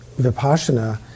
Vipassana